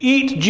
Eat